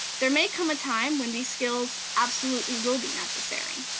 there may come a time when these skills absolutely will be necessary.